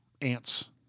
ants